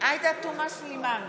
עאידה תומא סלימאן,